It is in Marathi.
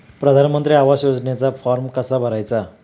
प्रधानमंत्री आवास योजनेचा फॉर्म कसा भरायचा?